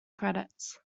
credits